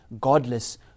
godless